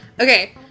Okay